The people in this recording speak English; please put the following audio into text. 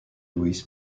louis